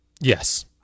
Yes